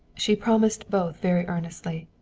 she promised both very earnestly.